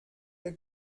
der